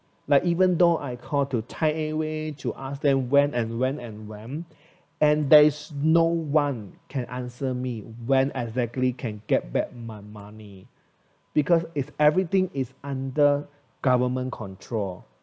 like even though I call to thai airways to ask them when and when and when and there's no one can answer me when exactly can get back my money because if everything is under government control